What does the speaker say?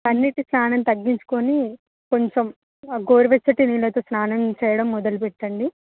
చల్ల నీటి స్నానం తగ్గించుకొని కొంచం గోరువెచ్చటి నీళ్ళతో స్నానం చేయడం మొదలుపెట్టండి